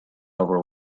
over